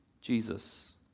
Jesus